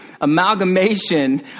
amalgamation